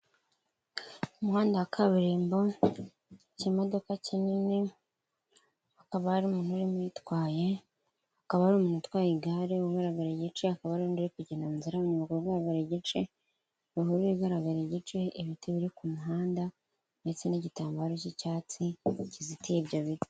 Umuhanda wa kaburimbo, ikimodoka kinini, hakaba harimo umuntu uyitwaye, hakaba hari umuntu utwaye igare uragara igice, hakaba hari undi uri kugenda mu nzira haragaragara igice, ruhurura igaragara igice, ibiti biri ku muhanda ndetse n'igitambaro cy'icyatsi kizitiye ibyo biti.